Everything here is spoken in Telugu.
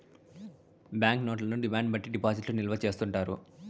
బాంక్ నోట్లను డిమాండ్ బట్టి డిపాజిట్లు నిల్వ చేసుకుంటారు